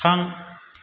थां